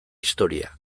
historia